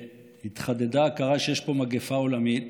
והתחדדה ההכרה שיש פה מגפה עולמית,